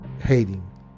hating